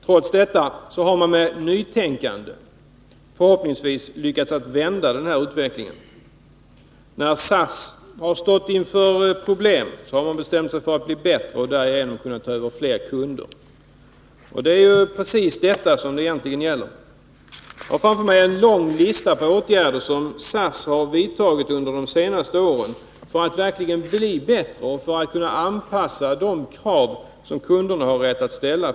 Trots detta har SAS med nytänkande förhoppningsvis lyckats vända denna utveckling. När SAS har stått inför problem har man bestämt sig för att bli bättre och därigenom kunna få över fler kunder. Det är ju precis detta saken egentligen gäller. Jag har framför mig en lång lista på åtgärder som SAS har vidtagit under de senaste åren för att verkligen bli bättre och för att kunna anpassa sig till de krav som kunderna har rätt att ställa.